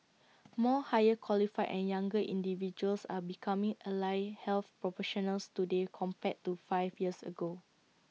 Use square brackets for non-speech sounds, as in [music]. [noise] more higher qualified and younger individuals are becoming allied health proportionals today compared to five years ago